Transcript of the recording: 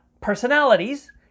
personalities